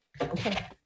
Okay